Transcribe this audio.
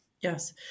Yes